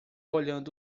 olhando